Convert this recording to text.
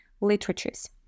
literatures